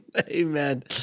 amen